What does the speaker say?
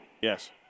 Yes